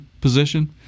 position